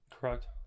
Correct